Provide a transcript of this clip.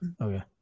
Okay